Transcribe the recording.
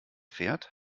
fährt